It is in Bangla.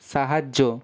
সাহায্য